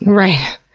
right.